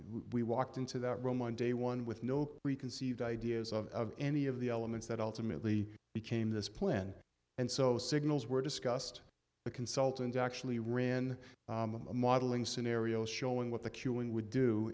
we walked into that room on day one with no preconceived ideas of any of the elements that ultimately became this plan and so signals were discussed the consultant actually ran a modeling scenarios showing what the queuing would do